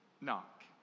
knock